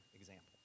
example